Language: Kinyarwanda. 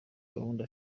gahunda